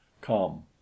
Come